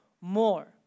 more